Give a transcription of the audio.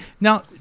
Now